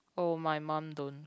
oh my mum don't